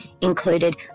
included